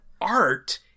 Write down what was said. art